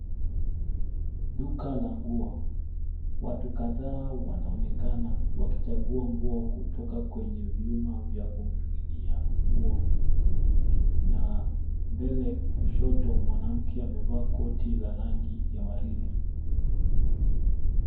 Duka la nguo. Watu kadhaa wanaonekana wakichagua nguo kutoka kwenye vyuma vya kuninginia nguo na mbele kushoto mwanamke amevaa koti la rangi ya waridi.